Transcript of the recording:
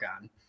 on